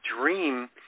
dream